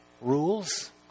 Rules